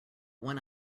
one